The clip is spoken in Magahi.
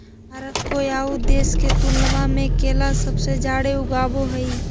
भारत कोय आउ देश के तुलनबा में केला सबसे जाड़े उगाबो हइ